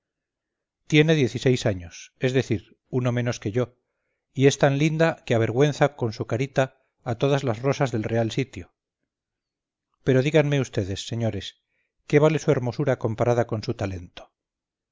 tiene diez y seis años es decir uno menos que yo y es tan linda que avergüenza con su carita a todas las rosas del real sitio pero díganme vds señores qué vale su hermosura comparada con su talento